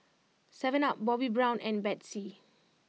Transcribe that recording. Seven Up Bobbi Brown and Betsy